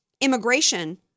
immigration